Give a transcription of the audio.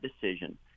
decision